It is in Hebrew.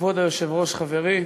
כבוד היושב-ראש חברי,